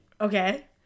Okay